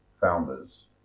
founders